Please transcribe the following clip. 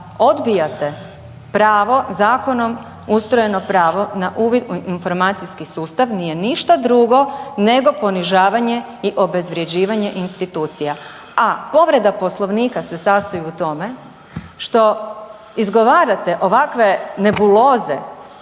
odbijate pravo zakonom ustrojeno pravo na uvid u informacijski sustav nije ništa drugo nego ponižavanje i obezvređivanje institucija, a povreda Poslovnika se sastoji u tome što izgovarate ovakve nebuloze